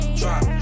drop